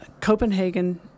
Copenhagen